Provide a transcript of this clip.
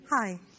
Hi